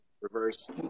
Reverse